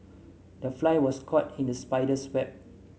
the fly was caught in the spider's web